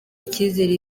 icyizere